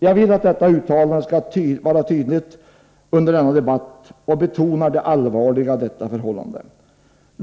Jag vill ha uttalat detta tydligt under denna debatt och betonar det allvarliga i detta förhållande.